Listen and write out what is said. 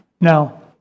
Now